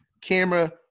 camera